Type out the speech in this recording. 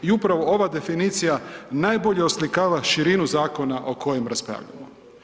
I upravo ova definicija najbolje oslikava širinu zakona o kojem raspravljamo.